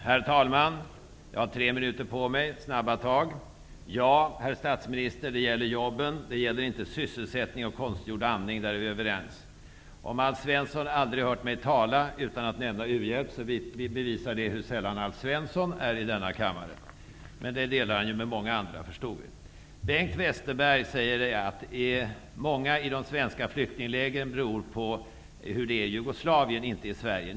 Herr talman! Jag har tre minuter på mig -- snabba tag. Ja, herr statsminister, det gäller jobben. Det gäller inte sysselsättning och konstgjord andning. Där är vi överens. Om Alf Svensson aldrig har hört mig tala utan att säga u-hjälp, bevisar det hur sällan Alf Svensson är i denna kammare. Men då har han sällskap med många andra, förstod vi. Bengt Westerberg säger att det förhållandet att det är många i de svenska flyktinglägren beror på hur det är i Jugoslavien, inte i Sverige.